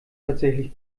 tatsächlich